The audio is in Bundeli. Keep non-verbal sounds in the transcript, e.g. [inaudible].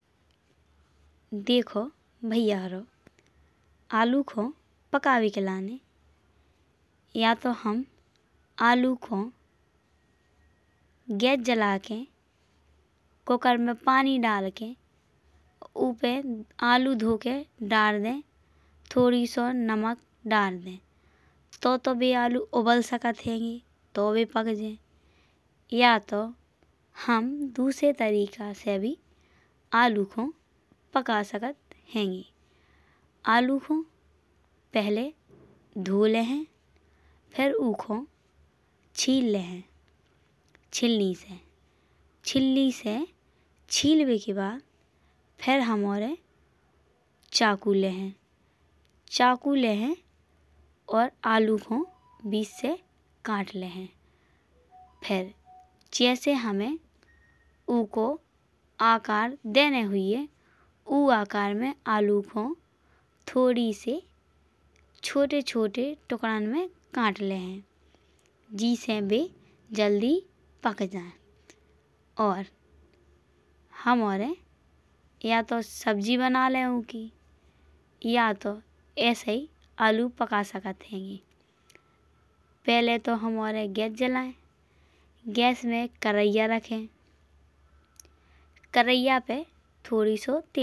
देखो भैयारो आलू खो पकाबे के लाने। या तो हम आलू खो गैस जला के कुकर मा पानी डाल के ऊपे आलू धोखे दार दे। थोड़ी सो नमक दार दे तोह तो बे आलू उबल सकत हैंगे तोह बे पक जे। या तो हम दुसरे तरीके से भी आलू खो पका सकत हैंगे। आलू को पहिले हम धो लाए हैं फिर ओखो छील ले हैं छिलनी से। छिलनी से छिलबे के बाद फिर हम औरीन चाकू लाए हैं। चाकू लाहिन और आलू को बीच से काट लाहिन। फिर जैसे हामी ओको आकार दैने हुईए। ओ आकार में आलू को थोड़ी सी छोटे छोटे टुकड़न में काट लाहिन। जेसे बे जल्दी पक जाए और हमौरीन या तो सब्जी बना लाए। ओकी या तो ऐसे ही आलू पका सकत हैंगे। पहिले तो हम औरीन गैस जलाए। गैस में कढ़ाईयां राखे कढ़ाईयां पे थोड़ी सो तेल [hesitation] दार दे।